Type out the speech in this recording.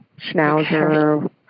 schnauzer